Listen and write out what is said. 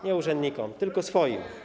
Nie urzędnikom tylko swoim.